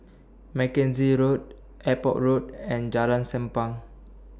Mackenzie Road Airport Road and Jalan Senang